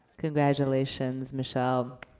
congratulations, michelle.